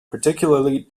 particularly